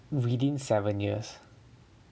within seven years